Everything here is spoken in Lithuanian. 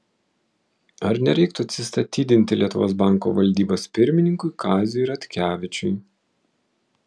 ar nereiktų atsistatydinti lietuvos banko valdybos pirmininkui kaziui ratkevičiui